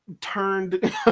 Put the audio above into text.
turned